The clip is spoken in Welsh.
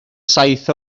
saith